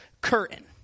curtain